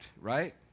right